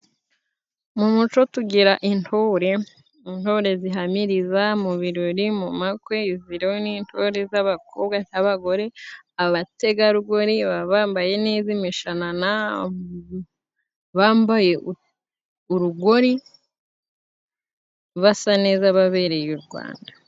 Mu muco tugira intore, intore zihamiriza mu birori, mu makwe, izi rero ni intore z'abakobwa, z'abagore, abategarugori baba bambaye neza imishanana, bambaye urugori basa neza babereye u Rwanda.